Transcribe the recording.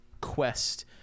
quest